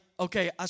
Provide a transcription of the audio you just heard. Okay